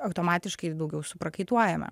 automatiškai daugiau suprakaituojame